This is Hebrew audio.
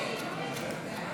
נתקבל.